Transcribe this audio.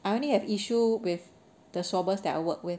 I only have issues with the swabbers that I work with